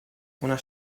una